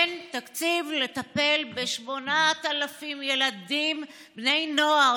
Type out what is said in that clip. אין תקציב לטפל ב-8,000 ילדים ובני נוער